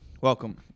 Welcome